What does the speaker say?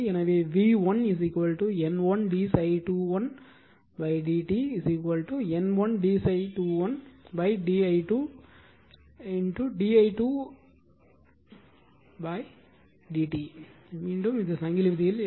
எனவே v1 N1 d ∅21 dt N1 d ∅21 di2 di2 di2 by dt மீண்டும் சங்கிலி விதி